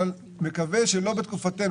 אבל מקווה שלא בתקופתנו.